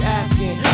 asking